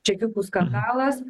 čekiukų skandalas